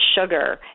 sugar